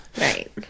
Right